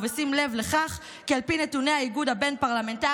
ובשים לב לכך כי על פי נתוני האיגוד הבין-פרלמנטרי,